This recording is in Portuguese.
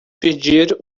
pedir